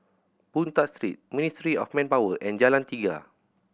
Boon Tat Street Ministry of Manpower and Jalan Tiga